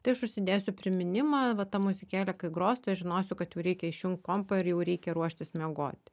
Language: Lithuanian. tai aš užsidėsiu priminimą va ta muzikėlė kai gros tai aš žinosiu kad jau reikia išjungt kompą ir jau reikia ruoštis miegoti